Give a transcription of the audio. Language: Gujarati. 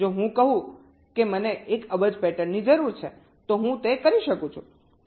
જો હું કહું કે મને 1 અબજ પેટર્નની જરૂર છે તો હું તે કરી શકું છું